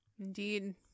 indeed